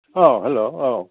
हेल' औ